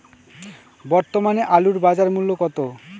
বর্তমানে আলুর বাজার মূল্য কত?